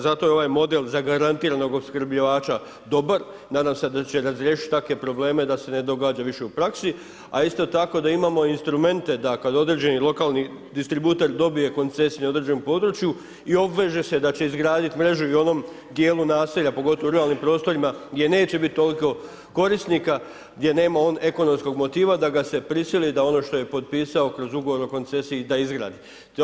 Zato je ovaj model zagarantiranog opskrbljivača dobar, nadam se da će razriješiti takve probleme da se ne događa više u praksi, a isto tako da imamo instrumente da kad određeni lokalni distributer dobije koncesiju na određenom području i obveže se da će izgraditi mrežu i u onom djelu naselja pogotovo u ruralnim prostorima gdje neće toliko korisnika, gdje nema on ekonomskog motiva da ga se prisili da ono što je potpisao kroz ugovor o koncesiji da izgradi.